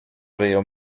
ryją